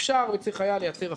אפשר וצריך היה לייצר הפקעה.